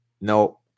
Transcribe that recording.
no